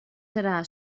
serà